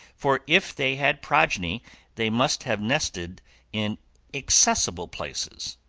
for if they had progeny they must have nested in inaccessible places,